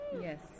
Yes